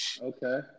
Okay